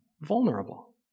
vulnerable